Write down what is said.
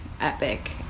epic